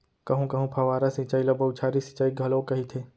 कहूँ कहूँ फव्वारा सिंचई ल बउछारी सिंचई घलोक कहिथे